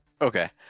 Okay